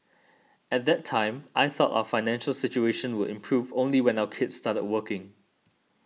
at that time I thought our financial situation would improve only when our kids started working